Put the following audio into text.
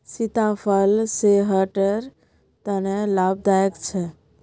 सीताफल सेहटर तने लाभदायक छे